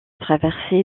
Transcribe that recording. traversé